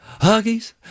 Huggies